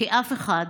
כי אף אחד